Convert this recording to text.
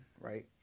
right